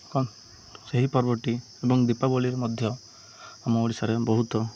ଏବଂ ସେହି ପର୍ବଟି ଏବଂ ଦୀପାବଳିରେ ମଧ୍ୟ ଆମ ଓଡ଼ିଶାରେ ବହୁତ